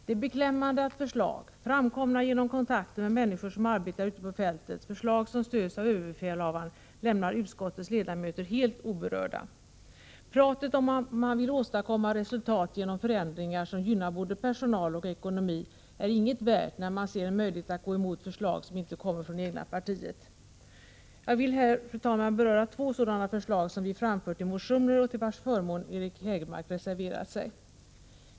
Det är beklämmande att förslag — framkomna genom kontakter med människor som arbetar ute på fältet, förslag som stöds av överbefälhavaren, ÖB - lämnar utskottets ledamöter helt oberörda. Talet om att man vill åstadkomma resultat genom förändringar som gynnar både personal och ekonomi är inget värt när man ser en möjlighet att gå emot förslag som inte kommer från det egna partiet. Jag vill här, fru talman, beröra två sådana förslag som vi framfört i motioner och till vilkas förmån Eric Hägelmark reserverat sig.